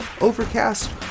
Overcast